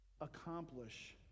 accomplish